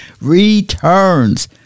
returns